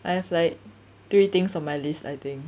I have like three things on my list I think